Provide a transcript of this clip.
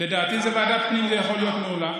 לדעתי ועדת הפנים זה יכול להיות מעולה.